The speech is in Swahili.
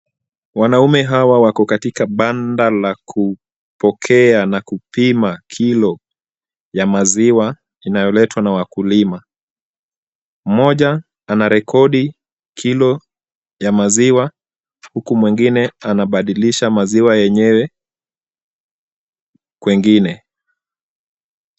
Wanaume hawa wako katika banda la kupokea na kupima kilo ya maziwa inayoletwa na wakulima. Mmoja anarekodi kilo ya maziwa huku mwingine anabadilisha maziwa yenyewe kwengine.